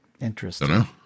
interesting